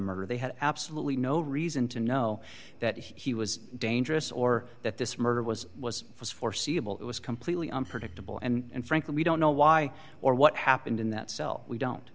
murder they had absolutely no reason to know that he was dangerous or that this murder was was foreseeable it was completely unpredictable and frankly we don't know why or what happened in that cell we don't